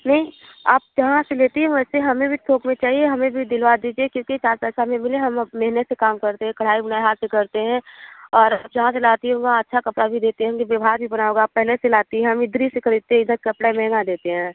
नहीं आप कहाँ से लेती हैं वैसे हमें भी कपड़े चाहिए हमें भी दिलवा दीजिए क्योंकि चार पैसा भी मिले हम अब मेहनत से काम करते हैं कढ़ाई बुनाई हाथ से करते हैं और जहाँ से लाती हूँ वहाँ अच्छा कपड़ा भी देते होंगे तो व्यवहार भी बनाया होगा आप पहले से लाती हैं हम इधर ही से ख़रीदते हैं इधर कपड़ा महँगा देते हैं